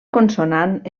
consonant